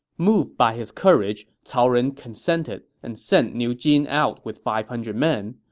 moved by his courage, cao ren consented and sent niu jin out with five hundred men.